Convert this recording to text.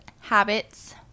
habits